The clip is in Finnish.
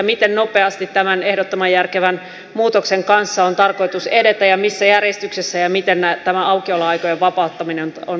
miten nopeasti tämän ehdottoman järkevän muutoksen kanssa on tarkoitus edetä ja missä järjestyksessä ja miten tämä aukioloaikojen vapauttaminen nyt on tarkoitus toteuttaa